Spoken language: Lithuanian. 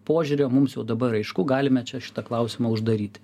požiūrio mums jau dabar aišku galime čia šitą klausimą uždaryti